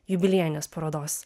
jubiliejinės parodos